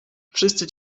wszyscy